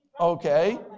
okay